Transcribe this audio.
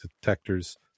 Detectors